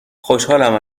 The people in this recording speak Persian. خوشحالم